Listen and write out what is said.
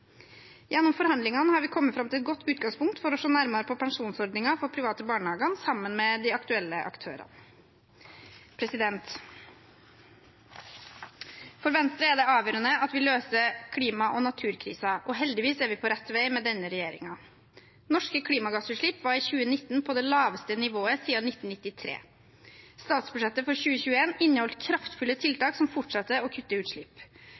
Gjennom forhandlingene har vi kommet fram til et godt utgangspunkt for å se nærmere på pensjonsordningen for de private barnehagene sammen med de aktuelle aktørene. For Venstre er det avgjørende at vi løser klima- og naturkrisen, og heldigvis er vi på rett vei med denne regjeringen. Norske klimagassutslipp var i 2019 på det laveste nivået siden 1993. Statsbudsjettet for 2021 inneholder kraftfulle tiltak som fortsetter å kutte i utslipp.